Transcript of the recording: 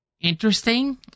Interesting